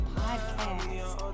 podcast